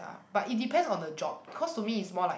ya but it depends on the job cause to me is more like